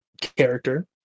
character